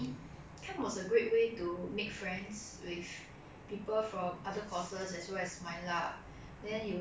then 有这些好像 beach day ah 还是在晚上 we all got like those late night talks 一起吃饭